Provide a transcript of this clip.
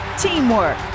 teamwork